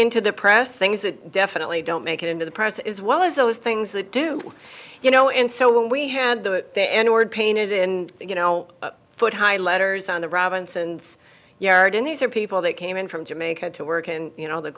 into the press things that definitely don't make it into the press is well as those things they do you know and so when we had the the n word painted in you know foot high letters on the robinson's yard and these are people that came in from jamaica to work and you know the